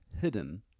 hidden